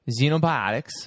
xenobiotics